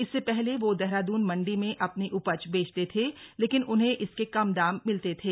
इससे पहले वो देहरादून मंडी में अपनी उपज बेचते थे लेकिन उन्हें इसके कम दाम मिलते थे